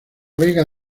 vega